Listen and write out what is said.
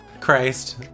Christ